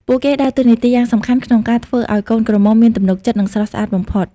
ពួកគេដើរតួនាទីយ៉ាងសំខាន់ក្នុងការធ្វើឱ្យកូនក្រមុំមានទំនុកចិត្ត និងស្រស់ស្អាតបំផុត។